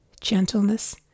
gentleness